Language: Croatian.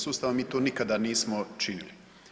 Ustava, mi to nikada nismo činili.